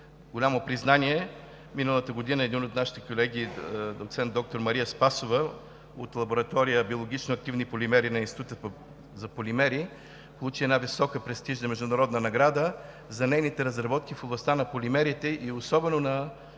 голямо признание. Миналата година един от нашите колеги – доцент доктор Мария Спасова, от лаборатория „Биологично активни полимери“ на Института по полимери получи висока, престижна международна награда за нейните разработки в областта на полимерите и особено на